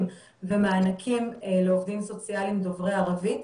ומענקים לעובדים סוציאליים דוברי ערבית,